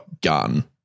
gun-